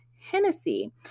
Hennessy